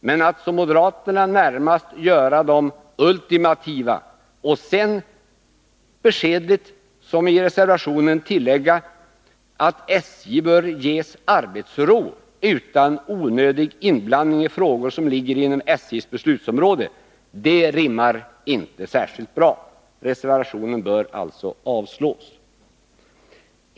Men att som moderaterna närmast göra dem ultimativa och sedan beskedligt som sker i reservationen tillägga att SJ bör ges arbetsro utan onödig inblandning i frågor som ligger inom SJ:s beslutsområde rimmar inte särskilt bra. Reservationen bör alltså avslås.